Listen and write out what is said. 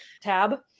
tab